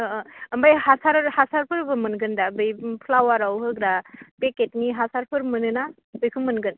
औ औ ओमफ्राय हासार हासारफोरबो मोनगोन दा बै फ्लावाराव होग्रा फेकेटनि हासारफोर मोनो ना बेखौ मोनगोन